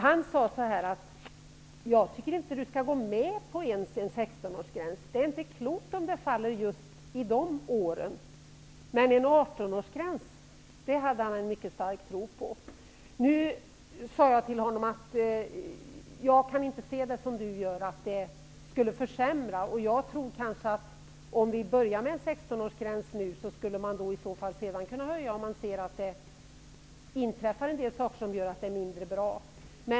Han sade att han inte ens tycker att jag skall gå med på en 16-årsgräns och att det inte är klokt om gränsen går vid just den åldern. Däremot hade han en mycket stark tro på en 18-årsgräns. Jag sade till honom att jag inte kan se det som han gör att en 16 årsgräns skulle försämra. Jag tror att om vi nu börjar med en 16-årsgräns skulle vi senare kunna höja den om man finner att den var mindre bra.